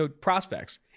prospects